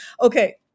Okay